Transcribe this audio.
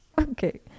Okay